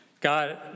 God